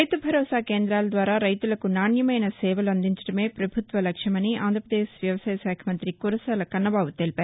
రైతుభరోసా కేంద్రాలద్వారా రైతులకు నాణ్యమైన సేవలు అందించడమే పభుత్వ లక్ష్యమని ఆంధ్రప్రదేశ్ వ్యవసాయ శాఖ మంతి కురసాల కన్నబాబు తెలిపారు